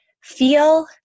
feel